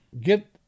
get